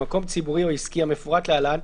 במקום ציבורי או עסקי המפורט להלן,